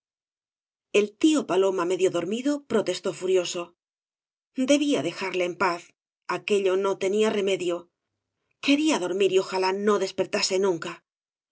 el tío paloma medio dormido protestó furiogo debía dejarle en paz aquello no tenía remedio quería dormir y ojalá no despertase nunca